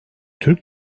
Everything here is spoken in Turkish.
türk